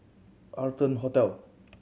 Arton Hotel